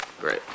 Great